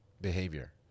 behavior